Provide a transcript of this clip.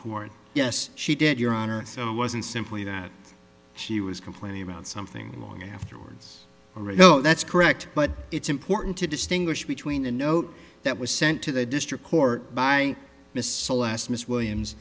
record yes she did your honor so it wasn't simply that she was complaining about something long afterwards or a no that's correct but it's important to distinguish between a note that was sent to the district court by